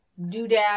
doodad